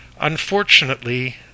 Unfortunately